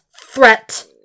THREAT